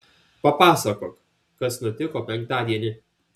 papasakok kas nutiko penktadienį